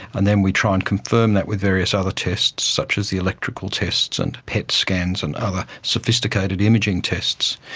and then we try and confirm that with various other tests such as the electrical tests and pet scans and other sophisticated imaging tests,